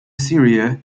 syria